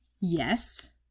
yes